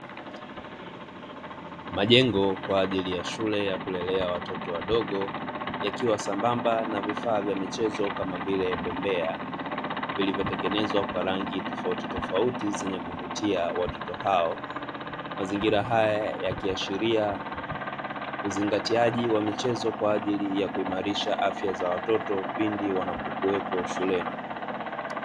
Majengo kwa ajili ya shule ya kulelea watoto wadogo, yakiwa sambamba na vifaa vya michezo kama vile bembea; vilivyo tengenezwa kwa rangi tofautitofauti zenye kuvutia watoto hao. Mazingira haya yakiashiria uzingatiaji wa michezo kwa ajili ya kuimarisha afya ya watoto pindi wanapokuwepo shuleni.